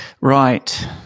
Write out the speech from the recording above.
Right